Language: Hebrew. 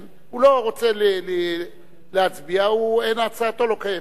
הוא לא רוצה להצביע, הצעתו לא קיימת.